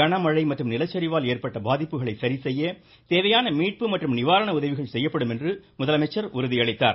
கனமழை மற்றும் நிலச்சரிவால் ஏற்பட்ட பாதிப்புகளை சரிசெய்ய தேவையான மீட்பு மற்றும் நிவாரண உதவிகள் செய்யப்படும் என்று முதலமைச்சர் உறுதியளித்தார்